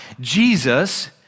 Jesus